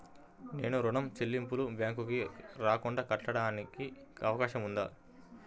నేను ఋణం చెల్లింపులు బ్యాంకుకి రాకుండా కట్టడానికి అవకాశం ఉందా?